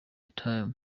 time